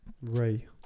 Ray